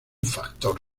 factor